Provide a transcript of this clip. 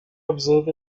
observed